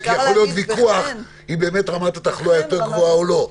כי יכול להיות ויכוח אם באמת רמת התחלואה היא יותר גבוהה או לא.